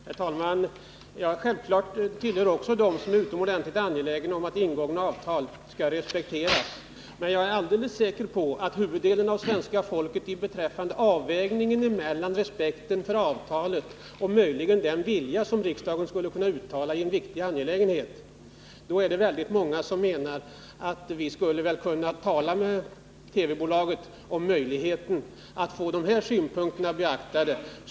Herr talman! Jag tillhör självfallet också dem som är utomordentligt angelägna om att ingångna avtal skall respekteras. Men när det gäller avvägningen mellan respekten för avtalet och den vilja som riksdagen skulle kunna uttala i en viktig angelägenhet är jag alldeles säker på att huvuddelen av svenska folket menar att vi väl skulle kunna tala med TV-bolaget om möjligheten att få de här synpunkterna beaktade.